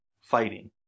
fighting